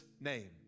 name